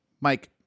Mike